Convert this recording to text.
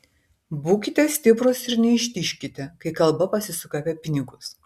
būkite stiprūs ir neištižkite kai kalba pasisuka apie pinigus